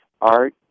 art